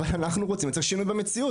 אבל אנחנו רוצים לייצר שינוי במציאות.